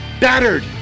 battered